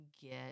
get